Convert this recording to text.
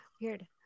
Weird